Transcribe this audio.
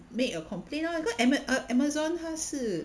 make a complain lor cause ama~ Amazon 他是